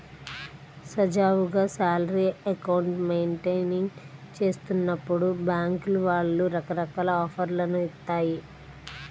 సజావుగా salary account maintain చేస్తున్నప్పుడు బ్యేంకుల వాళ్ళు రకరకాల ఆఫర్లను ఇత్తాయి